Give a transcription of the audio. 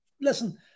listen